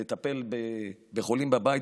לטפל בחולים בבית,